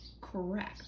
correct